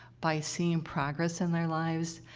by seeing progress in their lives,